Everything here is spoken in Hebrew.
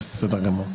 בסדר גמור.